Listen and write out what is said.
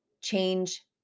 change